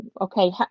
okay